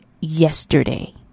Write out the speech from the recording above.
yesterday